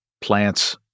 plants